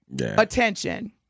attention